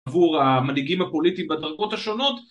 עבור המנהיגים הפוליטים בדרגות השונות